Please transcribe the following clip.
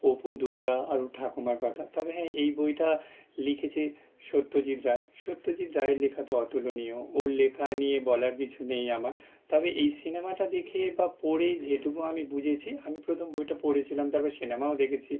অপু দুর্গা আর ওর ঠাকুমার কথা তবে হ্যাঁ এই বইটা লিখেছে সত্যজিৎ রায় সত্যজিৎ রায়ের লেখা তো অতুলনীয় ওর লেখা নিয়ে বলার কিছু নেই আমার তবে এই সিনেমাটা দেখে বা পড়ে যেটুকু আমি বুঝেছি আমি প্রথম বইটা পড়েছিলাম তারপর সিনেমাও দেখেছি